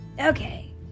Okay